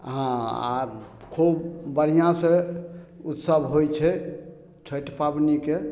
हँ आ खूब बढ़ियाँसँ उत्सव होइ छै छैठ पबनीके